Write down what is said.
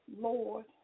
Lord